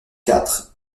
quatre